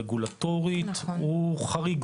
רגולטורית הוא חריג,